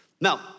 Now